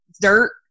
dirt